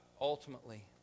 ultimately